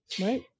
Right